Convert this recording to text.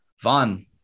Vaughn